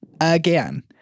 again